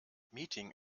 meeting